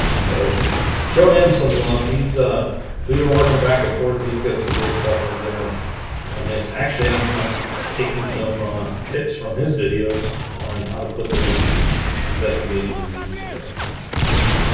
so show em some love feeds ah we've been working back and forth he's got some great stuff over there and on his actually i'm um taking some tips from his videos on how to put those investigation reviews together so